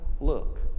look